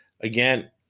Again